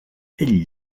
ell